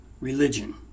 religion